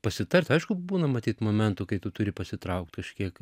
pasitart aišku būna matyt momentų kai tu turi pasitraukt kažkiek